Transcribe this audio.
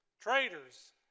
traitors